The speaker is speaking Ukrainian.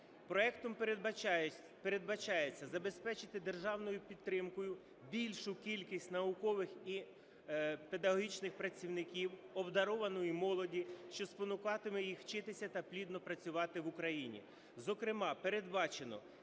Проектом передбачається забезпечити державною підтримкою більшу кількість наукових і педагогічних працівників, обдарованої молоді, що спонукатиме їх вчитися та плідно працювати в Україні. Зокрема, передбачено